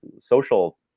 social